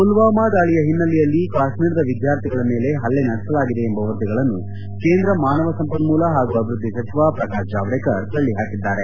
ಮಲ್ವಾಮ ದಾಳಿಯ ಹಿನ್ನೆಲೆಯಲ್ಲಿ ಕಾಶ್ಮೀರದ ವಿದ್ಕಾರ್ಥಿಗಳ ಮೇಲೆ ಹಲ್ಲೆ ನಡೆಸಲಾಗಿದೆ ಎಂಬ ವರದಿಗಳನ್ನು ಕೇಂದ್ರ ಮಾನವ ಸಂಪನ್ಮೂಲ ಹಾಗು ಅಭಿವೃದ್ದಿ ಸಚಿವ ಪ್ರಕಾಶ್ ಜಾವ್ಡೇಕರ್ ತಳ್ಳಿಹಾಕಿದ್ದಾರೆ